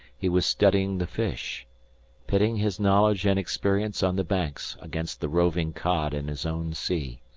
he was studying the fish pitting his knowledge and experience on the banks against the roving cod in his own sea.